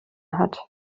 hat